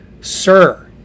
sir